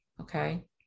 Okay